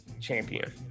champion